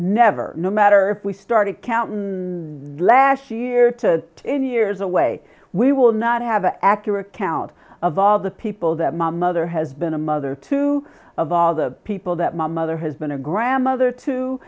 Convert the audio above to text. never no matter if we start accountant last year to in years away we will not have an accurate count of all the people that my mother has been a mother to of all the people that my mother has been a grandmother to